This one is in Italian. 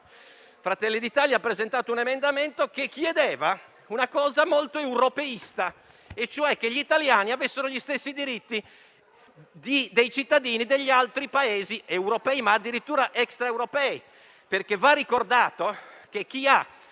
Fratelli d'Italia - che chiedeva una cosa molto europeista, e cioè che gli italiani avessero gli stessi diritti dei cittadini degli altri Paesi europei, ma addirittura extraeuropei. Va ricordato che chi ha